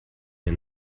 mir